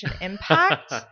Impact